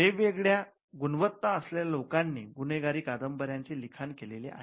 वेगवेगळ्या गुणवत्ता असलेल्या लोकांनी गुन्हेगारी कादंबर्यांचे लिखाण केलेले आहे